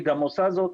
היא גם עושה זאת